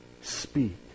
Speak